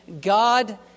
God